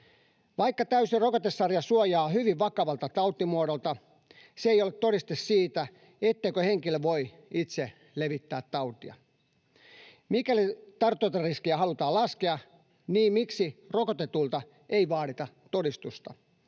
Vaikka täysi rokotesarja suojaa hyvin vakavalta tautimuodolta, se ei ole todiste siitä, etteikö henkilö voi itse levittää tautia. Mikäli tartuntariskiä halutaan laskea, miksi rokotetuilta ei vaadita todistusta,